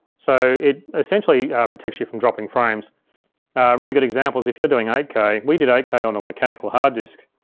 so it essentially, protects you from dropping frames. a really good example is if you're doing eight k, we did eight k on a mechanical hard disk,